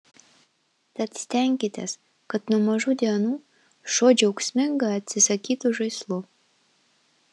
tad stenkitės kad nuo mažų dienų šuo džiaugsmingai atsisakytų žaislų